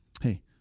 Hey